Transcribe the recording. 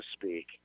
speak